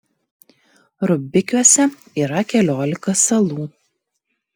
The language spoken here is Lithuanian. rubikiuose yra keliolika salų